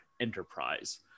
enterprise